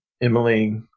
emily